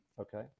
Okay